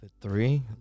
three